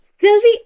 Sylvie